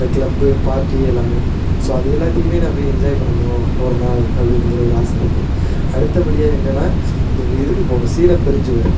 இந்த club party எல்லாம் so அது எல்லாத்தையும் நான் போய் என்ஜாய் பண்ணணும் ஒருநாள் அப்படினுங்கிற ஒரு ஆசை இருக்குது அடுத்தப்படியாக எங்கனா இதுக்கு போகணும் சீன பெருஞ்சுவர்